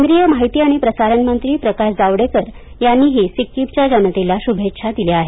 केंद्रीय माहिती आणि प्रसारण मंत्री प्रकाश जावडेकर यांनीही सिक्कीम च्या जनतेला शुभेच्छा दिल्या आहेत